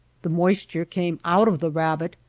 the moisture came out of the rabbit,